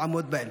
לעמוד בהם.